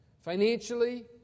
financially